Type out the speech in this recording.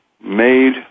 Made